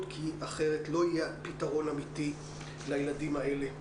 כי אחרת לא יהיה פתרון אמיתי לילדים האלה.